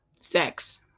Sex